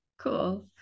cool